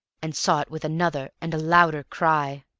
and saw it with another and a louder cry.